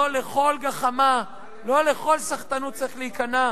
לא לכל גחמה, לא לכל סחטנות צריך להיכנע.